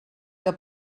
que